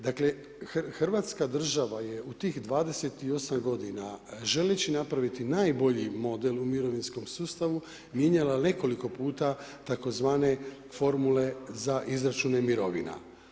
Dakle, hrvatska država je u tih 28 godina želeći napraviti najbolji model u mirovinskom sustavu mijenjala nekoliko puta tzv. Formule za izračune mirovina.